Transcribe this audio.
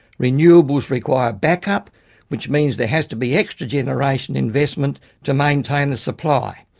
renewables require back up which means there has to be extra generation investment to maintain the supply.